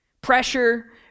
Pressure